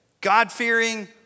God-fearing